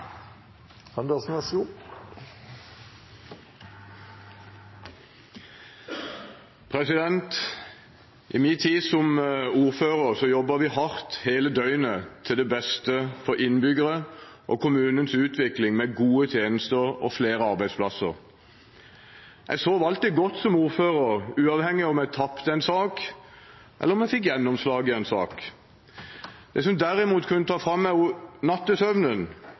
kommunens utvikling, med gode tjenester og flere arbeidsplasser. Jeg sov alltid godt som ordfører, uavhengig av om jeg tapte en sak eller fikk gjennomslag i en sak. Det som derimot kunne ta fra meg nattesøvnen,